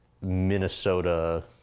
Minnesota